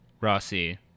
Rossi